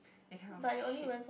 that kind of shit